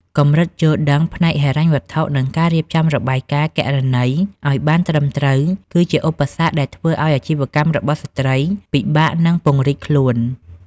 កម្រិតយល់ដឹងផ្នែកហិរញ្ញវត្ថុ និងការរៀបចំរបាយការណ៍គណនេយ្យឱ្យបានត្រឹមត្រូវ គឺជាឧបសគ្គដែលធ្វើឱ្យអាជីវកម្មរបស់ស្ត្រីពិបាកនឹងពង្រីកខ្លួន។